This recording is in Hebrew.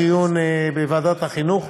דיון בוועדת החינוך,